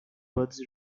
buds